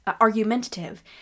argumentative